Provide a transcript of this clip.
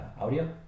audio